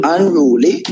Unruly